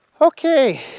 Okay